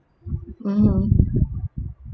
mmhmm